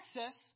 access